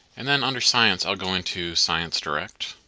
and then under science i'll go into sciencedirect.